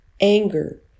anger